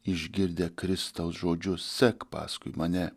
išgirdę kristaus žodžius sek paskui mane